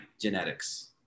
genetics